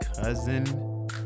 cousin